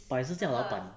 but 也是叫老板